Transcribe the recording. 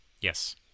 Yes